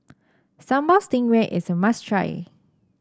Sambal Stingray is a must try